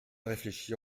réfléchir